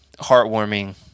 heartwarming